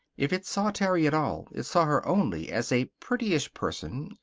if it saw terry at all it saw her only as a prettyish person,